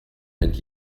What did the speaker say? and